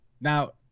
Now